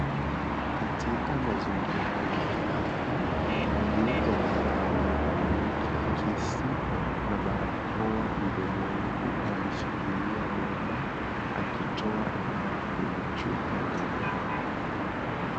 Katika mazingira ya kiafya yupo dada aliyevalia kiakisi na barakoa mdomoni huku ameshikilia bomba, akitoa dawa kwenye chupa ndogo.